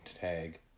Tag